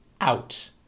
out